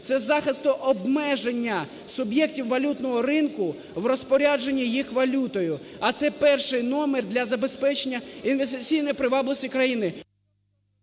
це захисту обмеження суб'єктів валютного ринку в розпорядженні їх валютою, а це перший номер для забезпечення інвестиційної привабливості країни.